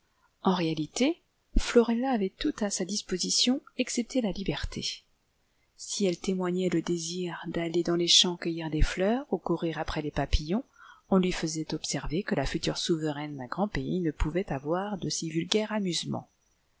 en réalité florella avait tout à sa disposition excepté la liberté si elle témoignait le désir d'aller dans les champs cueillir des fleurs ou courir après les papillons on lui faisait observer que la future souveraine d'un grand pays ne pouvait avoir de si vulgaires amusements